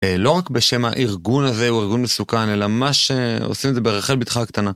לא רק בשם הארגון הזה, הוא ארגון מסוכן, אלא מה שעושים זה ברחל בתך הקטנה.